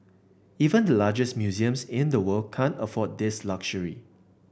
even the largest museums in the world can't afford this luxury